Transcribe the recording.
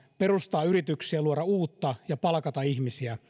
perustaa yrityksiä luoda uutta ja palkata ihmisiä